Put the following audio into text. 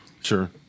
Sure